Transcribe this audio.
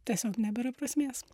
tiesiog nebėra prasmės